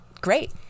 great